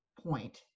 point